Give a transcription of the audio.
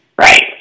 Right